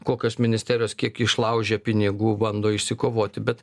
kokios ministerijos kiek išlaužia pinigų bando išsikovoti bet